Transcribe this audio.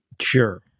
Sure